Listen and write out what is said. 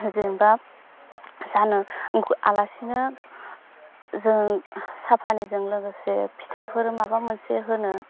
जेनेबा जानो आलासिनो जों साहा फानिजों लोगोसे फिथाफोर माबा मोनसे होनो